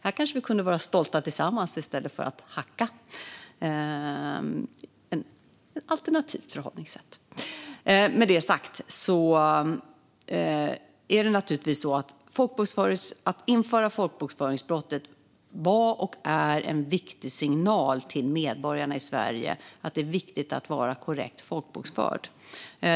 Här kunde vi vara stolta tillsammans i stället för att hacka på varandra - ett alternativt förhållningssätt. Att införa folkbokföringsbrottet var och är en viktig signal till medborgarna i Sverige att det är viktigt att vara korrekt folkbokförd.